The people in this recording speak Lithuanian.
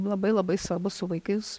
labai labai svarbus su vaikais